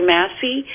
Massey